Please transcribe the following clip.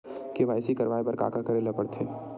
KYC करवाय बर का का करे ल पड़थे?